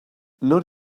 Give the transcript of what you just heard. not